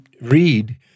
read